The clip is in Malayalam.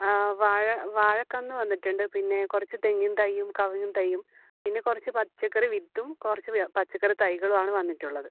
ആ വാഴ വാഴ കന്ന് വന്നിട്ടൊണ്ട് പിന്നെ കുറച്ച് തെങ്ങിൻ തൈയും കവുങ്ങിൻ തൈയും പിന്നെ കുറച്ച് പച്ചക്കറി വിത്തും കുറച്ച് പച്ചക്കറി തൈകളുവാണ് വന്നിട്ടുള്ളത്